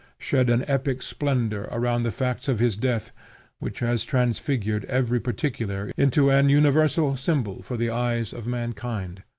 shed an epic splendor around the facts of his death which has transfigured every particular into an universal symbol for the eyes of mankind.